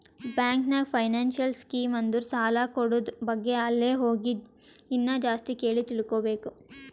bank ನಾಗ್ financial scheme ಅಂದುರ್ ಸಾಲ ಕೂಡದ್ ಬಗ್ಗೆ ಅಲ್ಲೇ ಹೋಗಿ ಇನ್ನಾ ಜಾಸ್ತಿ ಕೇಳಿ ತಿಳ್ಕೋಬೇಕು